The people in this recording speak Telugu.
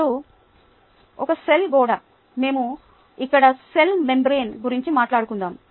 ఇప్పుడు ఒక సెల్ గోడ మేము ఇక్కడ సెల్ మెంబ్రేన్ గురించి మాట్లాడుకుందాము